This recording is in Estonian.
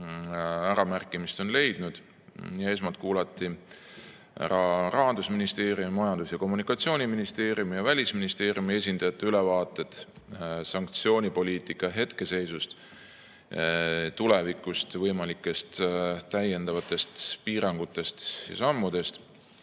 äramärkimist leidnud. Esmalt kuulati ära Rahandusministeeriumi, Majandus- ja Kommunikatsiooniministeeriumi ja Välisministeeriumi esindajate ülevaated sanktsioonipoliitika hetkeseisust, tulevikust, võimalikest täiendavatest piirangutest ja sammudest.